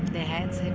enhance